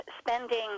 spending